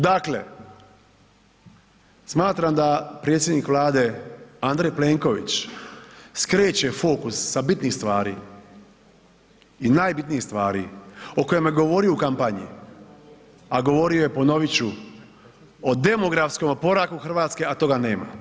Dakle, smatram da predsjednik Vlade Andrej Plenković skreće fokus sa bitnih stvari i najbitnijih stvari o kojima je govorio u kampanji a govorio je ponovit ću, o demografskom oporavku Hrvatske a toga nema.